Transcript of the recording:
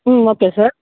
okay sir